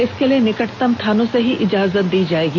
इसके लिए निकटतम थानों से ही इजाजत दी जाएगी